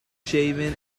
shaven